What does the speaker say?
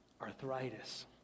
arthritis